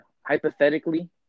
hypothetically